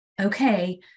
Okay